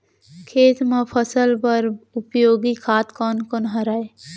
खेत म फसल बर उपयोगी खाद कोन कोन हरय?